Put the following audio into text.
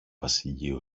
βασιλείου